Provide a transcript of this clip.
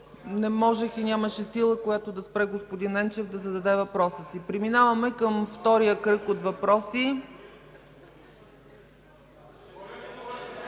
не можех и нямаше сила, която да спре господин Енчев да зададе въпроса си. Преминаваме към втория кръг от въпроси.